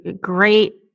great